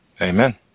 Amen